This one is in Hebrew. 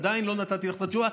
עדיין לא נתתי לך את התשובה,